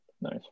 Nice